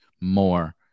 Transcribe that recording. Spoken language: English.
more